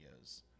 videos